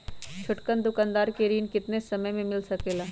छोटकन दुकानदार के ऋण कितने समय मे मिल सकेला?